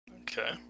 Okay